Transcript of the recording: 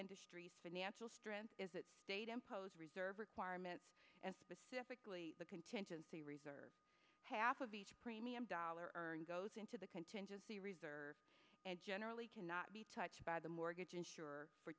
industry's financial strength is that state imposed reserve requirements and specifically the contingency reserve half of each premium dollar earned goes into the contingency reserve and generally cannot be touched by the mortgage insurer for